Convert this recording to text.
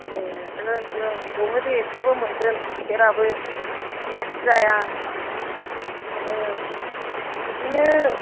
दे ओं ओं दङ दे बेखौबो मोनगोन खुसेराबो जायखि जाया बिदिनो